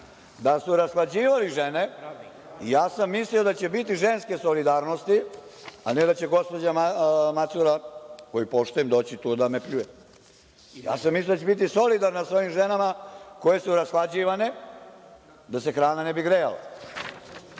da su rashlađivali žene…Ja sam mislio da će biti ženske solidarnosti, a ne da će gospođa Macura, koju poštujem, doći tu da me pljuje. Ja sam mislio da će biti solidarna sa ovim ženama koje su rashlađivane da se hrana ne bi grejala.